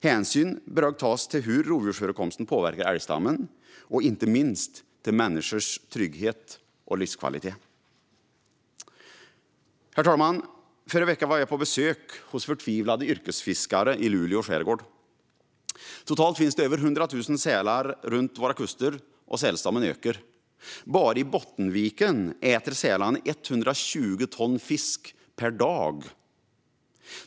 Hänsyn bör också tas till hur rovdjursförekomsten påverkar älgstammen och inte minst till människors trygghet och livskvalitet. Herr talman! Förra veckan var jag på besök hos förtvivlade yrkesfiskare i Luleå skärgård. Totalt finns över 100 000 sälar runt våra kuster, och sälstammen ökar. Bara i Bottenviken äter sälarna 120 ton fisk per dag.